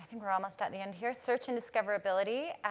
think we're almost at the end here, search and discoverability,